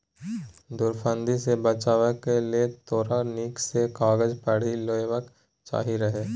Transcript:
धुरफंदी सँ बचबाक लेल तोरा नीक सँ कागज पढ़ि लेबाक चाही रहय